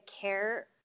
care